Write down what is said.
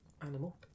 animal